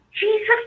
Jesus